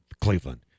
Cleveland